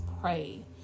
pray